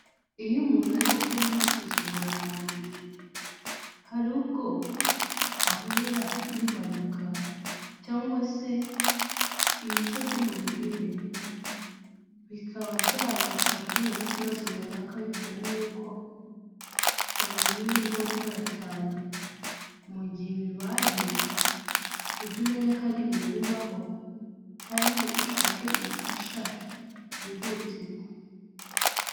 Iyo umuntu ari gukora imyitozo ngororamubiri hari ubwo ahura n'impanuka cyangwa se ibice by'umubiri we bikaba byabasha guhura n'ikibazo runaka bitewe nuko umubiri we urimo gukora cyane, mu gihe bibaye, ujye umenya ko ari ibintu bibaho kandi ushake ubufasha bwihutirwa.